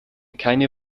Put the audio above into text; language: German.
keine